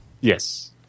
Yes